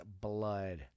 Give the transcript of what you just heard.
blood